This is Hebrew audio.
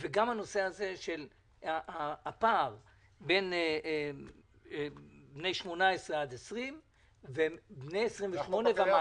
וגם הפער בין בני 18 עד 20 ובני 28 ומטה.